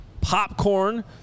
popcorn